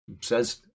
says